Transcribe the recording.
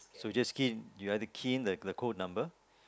so just key in you either key in the code number